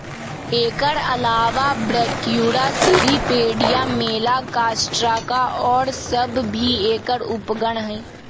एकर अलावा Brachyura, Cirripedia, Malacostraca और सब भी एकर उपगण हई